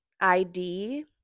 ID